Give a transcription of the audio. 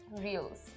Reels